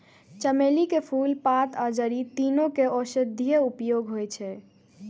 चमेली के फूल, पात आ जड़ि, तीनू के औषधीय उपयोग होइ छै